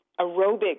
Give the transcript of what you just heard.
aerobic